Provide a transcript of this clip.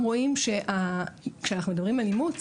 הסיכוי שזוג חד-מיני יוכל לאמץ